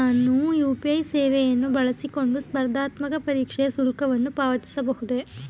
ನಾನು ಯು.ಪಿ.ಐ ಸೇವೆಯನ್ನು ಬಳಸಿಕೊಂಡು ಸ್ಪರ್ಧಾತ್ಮಕ ಪರೀಕ್ಷೆಯ ಶುಲ್ಕವನ್ನು ಪಾವತಿಸಬಹುದೇ?